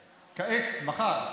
מחר,